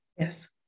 Yes